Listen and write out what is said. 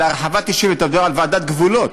על הרחבת יישוב, אתה מדבר על ועדת גבולות?